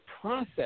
process